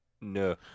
No